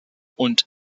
und